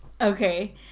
Okay